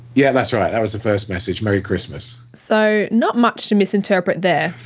yeah that's right, that was the first message, merry christmas. so not much to misinterpret there.